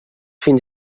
fins